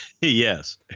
Yes